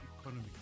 economy